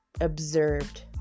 observed